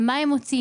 על מה הם מוציאים?